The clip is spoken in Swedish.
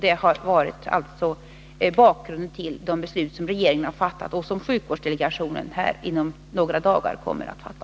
Det har också varit bakgrunden till de beslut som regeringen har fattat och som sjukvårdsdelegationen inom några dagar kommer att fatta.